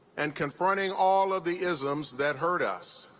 and confronting all of the isms that hurt us,